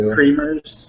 Creamers